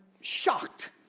shocked